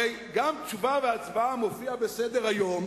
הרי גם "תשובה והצבעה" מופיע בסדר-היום